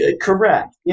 Correct